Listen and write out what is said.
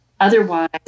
Otherwise